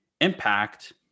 impact